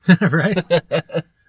right